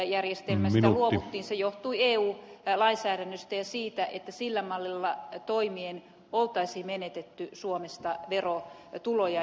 se johtui eu lainsäädännöstä ja siitä että sillä mallilla toimien olisi menetetty suomesta verotuloja